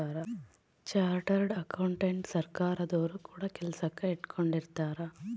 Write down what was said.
chartered ಅಕೌಂಟೆಂಟನ ಸರ್ಕಾರದೊರು ಕೂಡ ಕೆಲಸಕ್ ಇಟ್ಕೊಂಡಿರುತ್ತಾರೆ